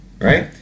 right